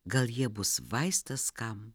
gal jie bus vaistas kam